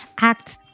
act